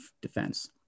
defense